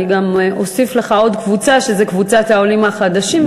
אני גם אוסיף לך עוד קבוצה שזו קבוצת העולים החדשים,